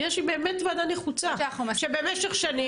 יש לי באמת ועדה נחוצה שבמשך שנים